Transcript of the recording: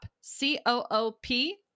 C-O-O-P